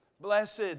Blessed